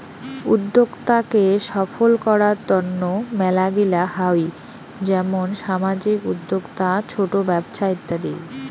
উদ্যোক্তা কে সফল করার তন্ন মেলাগিলা হই যেমন সামাজিক উদ্যোক্তা, ছোট ব্যপছা ইত্যাদি